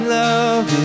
love